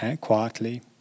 quietly